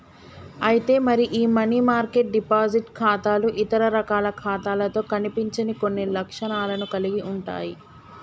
అయితే మరి ఈ మనీ మార్కెట్ డిపాజిట్ ఖాతాలు ఇతర రకాల ఖాతాలతో కనిపించని కొన్ని లక్షణాలను కలిగి ఉంటాయి